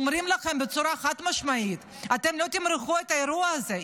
אומרים לכם בצורה חד-משמעית: אתם לא תמרחו את האירוע הזה.